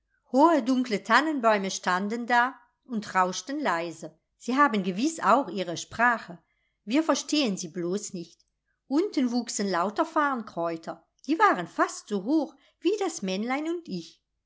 hohe dunkle tannenbäume standen da und rauschten leise sie haben gewiß auch ihre sprache wir verstehen sie bloß nicht unten wuchsen lauter farnkräuter die waren fast so hoch wie das männlein und ich